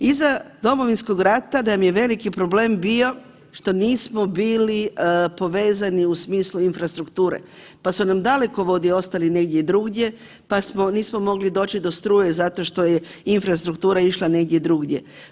Iza Domovinskog rata nam je veliki problem bio što nismo bili povezani u smislu infrastrukture, pa su nam dalekovodi ostali negdje drugdje, pa smo nismo mogli doći do struje zato što je infrastruktura išla negdje drugdje.